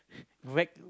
whack